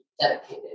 dedicated